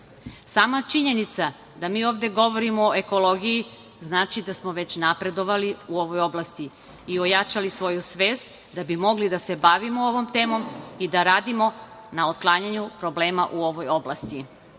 Sama činjenica da mi ovde govorimo o ekologiji znači da smo već napredovali u ovoj oblasti i ojačali svoju svest da bismo mogli da se bavimo ovom temom i da radimo na otklanjanju problema u ovoj